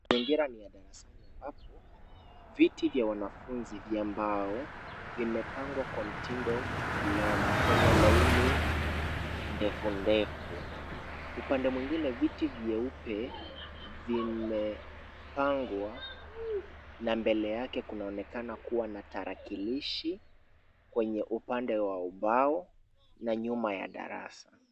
Viti vya wanafunzi vya mbao, vimepangwa kwa mtindo fulani kwenye laini ndefu ndefu. Upande mwingine viti vyeupe zimepangwa na mbele yake kunaonekana kuwa na tarakilishi kwenye upande wa ubao na nyuma ya darasa.